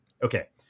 Okay